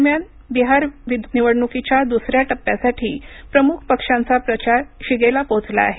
दरम्यान बिहार निवडणुकीच्या दुसऱ्या टप्प्यासाठी प्रमुख पक्षांचा प्रचार शिगेला पोहोचला आहे